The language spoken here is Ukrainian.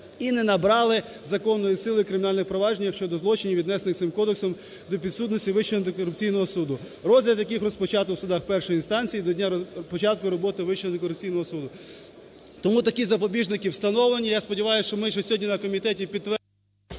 і не набрали законної сили у кримінальних провадженнях щодо злочинів, віднесених цих кодексом до підсудності Вищого антикорупційного суду, розгляд яких розпочато в судах першої інстанції до дня початку роботи Вищого антикорупційного суду". Тому такі запобіжники встановлені. Я сподіваюсь, що ми ще сьогодні на комітеті підтвердим…